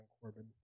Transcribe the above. Corbin